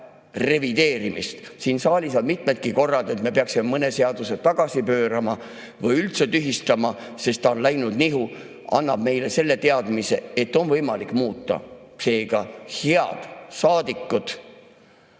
vajab revideerimist. Siin saalis on mitmedki korrad olnud [selge], et me peaksime mõne seaduse tagasi pöörama või üldse tühistama, sest ta on läinud nihu. See annab meile teadmise, et on võimalik muuta. Seega, head saadikud,